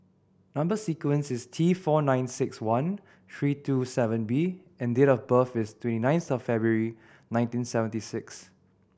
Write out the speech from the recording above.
number sequence is T four nine six one three two seven B and date of birth is twenty ninth February nineteen seventy six